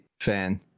fan